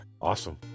Awesome